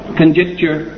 conjecture